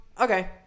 okay